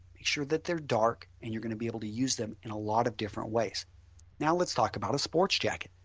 make sure that they are dark and you are going to be able to use them in lot of different ways now let's talk about a sports jacket.